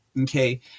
Okay